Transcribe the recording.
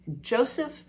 Joseph